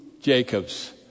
Jacob's